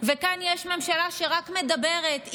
וכאן יש ממשלה שרק מדברת.